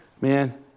Man